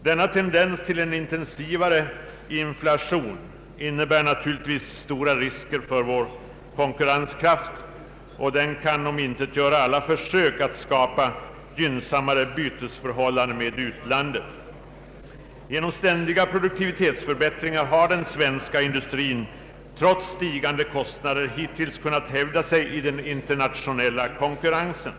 Denna tendens till en intensivare inflation innebär naturligtvis stora risker för vår konkurrenskraft och kan omintetgöra alla försök att skapa gynnsammare bytesförhållande till utlandet. Genom ständiga produktivitetsförbättringar har den svenska industrin trots stigande kostnader hittills kunnat hävda sig i den internationella konkurrensen.